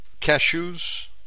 cashews